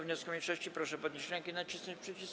wniosku mniejszości, proszę podnieść rękę i nacisnąć przycisk.